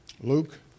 Luke